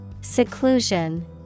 Seclusion